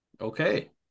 Okay